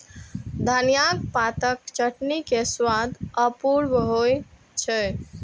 धनियाक पातक चटनी के स्वादे अपूर्व होइ छै